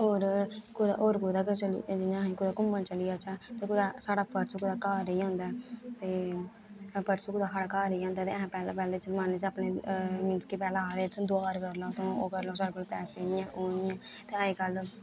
होर कुतै होर कुतै गै चली जाओ जियां अहीं कुतै घूमन चली जाचै ते कुतै साढ़ा पर्स कुतै घर रेही जंदा ऐ ते पर्स कुतै साढ़ा घर रेही जंदा ऐ ते अस पैह्लें पैह्लें जमान्ने च अस मींस कि पैहलें आखदे दुहार करना ते ओह् जां साढ़े कोल पैसे निं ऐ ते अज्जकल